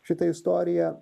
šita istorija